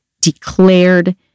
declared